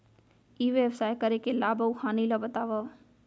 ई व्यवसाय करे के लाभ अऊ हानि ला बतावव?